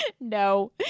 No